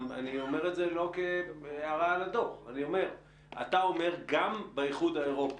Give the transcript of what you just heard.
אני אומר זאת לא כהערה על הדוח אתה אומר שגם באיחוד האירופי,